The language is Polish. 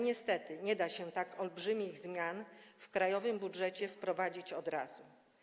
Niestety nie da się jednak tak olbrzymich zmian w krajowym budżecie wprowadzić od razu.